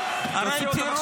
תוציאו אותו,